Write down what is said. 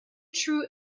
true